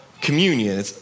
communion